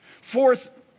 Fourth